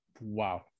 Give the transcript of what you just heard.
wow